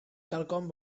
quelcom